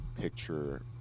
picture